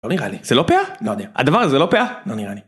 לא נראה לי. זה לא פאה? לא יודע. הדבר הזה לא פאה? לא נראה לי.